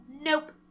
Nope